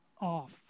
off